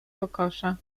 kokosza